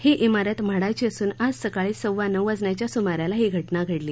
ही इमारत म्हाडाची असून आज सकाळी सव्वा नऊ वाजण्याच्या सुमाराला ही घटना घडली